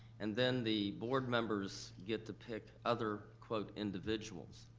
and then the board members get to pick other quote individuals,